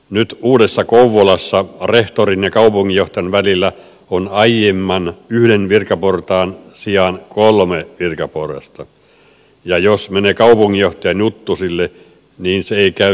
nyt uudessa kouvolassa rehtorin ja kaupunginjohtajan välillä on aiemman yhden virkaportaan sijaan kolme virkaporrasta ja jos menee kaupunginjohtajan juttusille niin se ei käy siltä istumalta